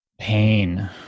pain